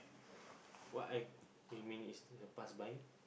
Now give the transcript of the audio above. what I aiming is the pass by